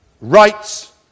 rights